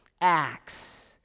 acts